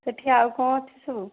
ସେଇଠି ଆଉ କ'ଣ ଅଛି ସବୁ